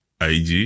IG